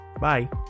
Bye